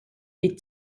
est